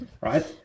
Right